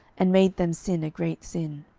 and made them sin a great sin.